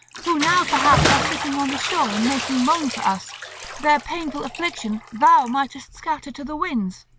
who now perhaps are sitting on the shore and making moan for us their painful affliction thou mightest scatter to the winds.